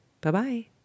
Bye-bye